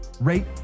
Rate